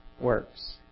works